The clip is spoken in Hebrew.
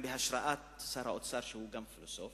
בהשראת שר האוצר שהוא גם פילוסוף